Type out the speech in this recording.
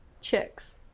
Chicks